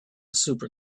super